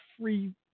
free